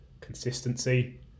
consistency